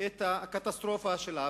את הקטסטרופה של האבטלה.